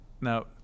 Now